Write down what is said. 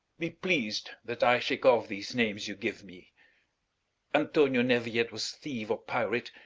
be pleas'd that i shake off these names you give me antonio never yet was thief or pirate,